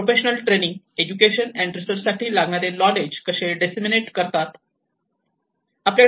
professionals training education and research साठी लागणारे knowledge कसे दिसेमिनेशन करतात